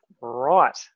Right